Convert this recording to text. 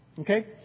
Okay